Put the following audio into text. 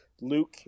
luke